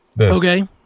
okay